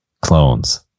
clones